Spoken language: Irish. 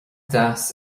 deas